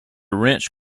wrench